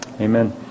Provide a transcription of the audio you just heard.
Amen